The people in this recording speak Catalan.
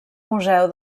museu